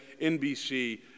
NBC